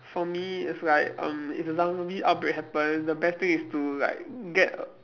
for me it's like um if a zom~ zombie outbreak happen the best thing is to like get